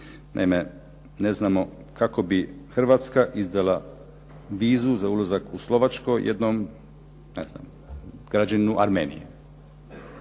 Naime, ne znamo kako bi Hrvatska izdala vizu za ulazak u Slovačku jednom građaninu Armenije,